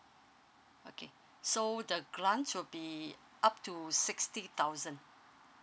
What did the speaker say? okay so the grant will be up to sixty thousand